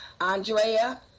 Andrea